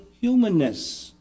humanness